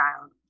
child